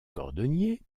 cordonnier